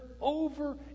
over